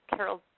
Carol